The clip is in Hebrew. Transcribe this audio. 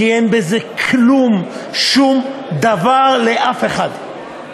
כי אין בזה כלום, שום דבר לאף אחד.